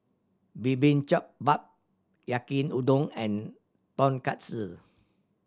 bap Yaki Udon and Tonkatsu